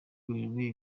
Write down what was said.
werurwe